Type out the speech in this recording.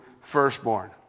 firstborn